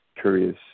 curious